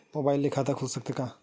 Mobile से खाता खुल सकथे का?